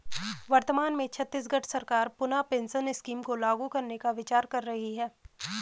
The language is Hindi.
वर्तमान में छत्तीसगढ़ सरकार पुनः पेंशन स्कीम को लागू करने का विचार कर रही है